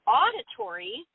auditory